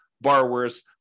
borrowers